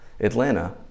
Atlanta